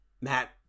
matt